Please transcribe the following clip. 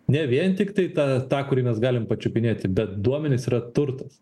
ne vien tiktai ta tą kurį mes galim pačiupinėti bet duomenys yra turtas